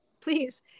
please